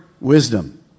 wisdom